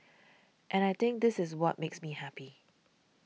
and I think this is what makes me happy